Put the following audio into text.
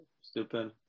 Stupid